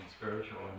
spiritual